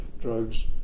drugs